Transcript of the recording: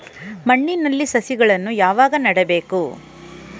ಮಣ್ಣಿನಲ್ಲಿ ಸಸಿಗಳನ್ನು ಯಾವಾಗ ನೆಡಬೇಕು?